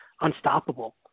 unstoppable